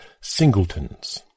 singletons